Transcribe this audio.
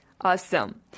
Awesome